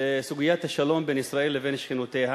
סוגיית השלום בין ישראל לבין שכנותיה,